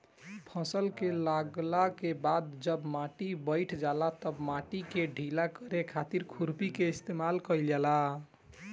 फसल के लागला के बाद जब माटी बईठ जाला तब माटी के ढीला करे खातिर खुरपी के इस्तेमाल कईल जाला